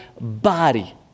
body